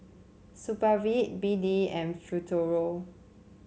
Supravit B D and Futuro